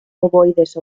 ovoides